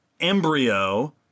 embryo